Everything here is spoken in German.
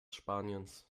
spaniens